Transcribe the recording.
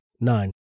Nine